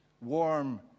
warm